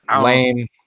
Lame